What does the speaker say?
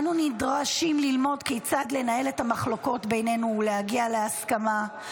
אנו נדרשים ללמוד כיצד לנהל את המחלוקות בינינו ולהגיע להסכמה,